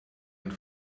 and